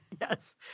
Yes